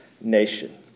nation